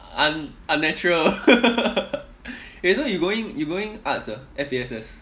un~ unnatural eh so you going you going arts ah F_A_S_S